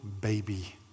baby